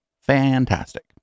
Fantastic